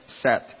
set